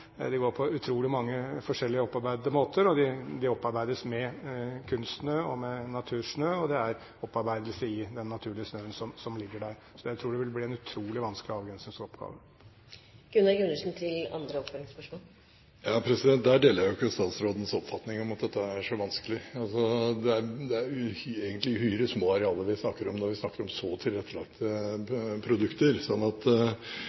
utrolig mange forskjellige måter. De opparbeides med kunstsnø og med natursnø – og det er opparbeidelse i den naturlige snøen som ligger der. Så jeg tror det vil bli en utrolig vanskelig avgrensningsoppgave. Jeg deler ikke statsrådens oppfatning om at dette er så vanskelig. Det er egentlig uhyre små arealer vi snakker om når vi snakker om så tilrettelagte produkter. Så jeg vil oppfordre til at